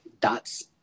dots